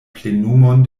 plenumon